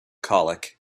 colic